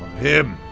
him!